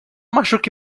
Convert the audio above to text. machuque